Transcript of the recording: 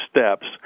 steps